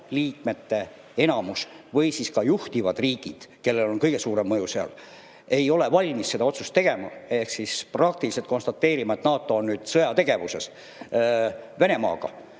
liikmete enamus või ka juhtivad riigid, kellel on seal kõige suurem mõju, ei ole valmis seda otsust tegema ehk praktiliselt konstateerima, et NATO on nüüd sõjategevuses Venemaaga,